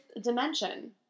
dimension